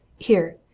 here,